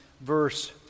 verse